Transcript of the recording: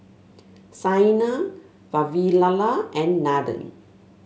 Saina Vavilala and Nathan